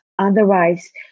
Otherwise